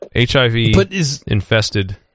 HIV-infested